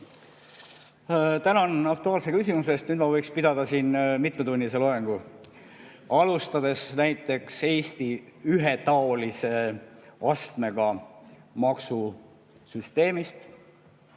Tänan aktuaalse küsimuse eest! Nüüd ma võiks pidada siin mitmetunnise loengu, alustades näiteks Eesti ühetaolise astmega maksusüsteemist,